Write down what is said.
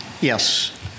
Yes